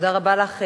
תודה רבה לך,